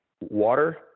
water